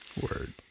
Word